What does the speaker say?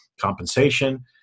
compensation